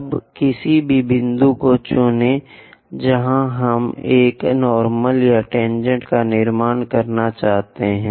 अब किसी भी बिंदु को चुनें जहां हम एक नार्मल या टेनजेंट का निर्माण करना चाहते हैं